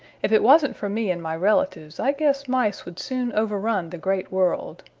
if it wasn't for me and my relatives i guess mice would soon overrun the great world.